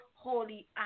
holy